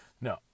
no